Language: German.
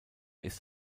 ist